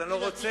אז אני לא רוצה,